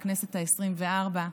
בכנסת העשרים-וארבע,